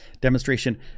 demonstration